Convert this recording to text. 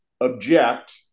object